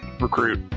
recruit